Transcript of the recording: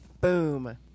Boom